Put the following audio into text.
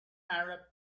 arab